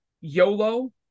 YOLO